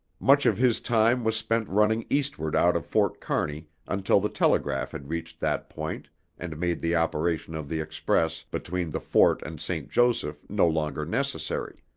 much of his time was spent running eastward out of fort kearney until the telegraph had reached that point and made the operation of the express between the fort and st. joseph no longer necessary.